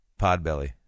podbelly